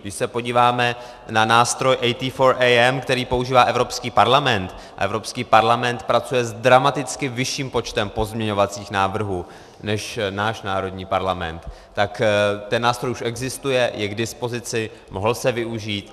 Když se podíváme na nástroj AT4AM, který používá Evropský parlament, a Evropský parlament pracuje s dramaticky vyšším počtem pozměňovacích návrhů než náš národní parlament, tak ten nástroj už existuje, je k dispozici, mohl se využít.